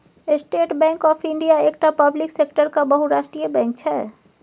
state Bank of India एकटा public सेक्टरक बहुराष्ट्रीय बैंक छै